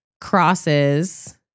crosses